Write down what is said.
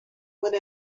would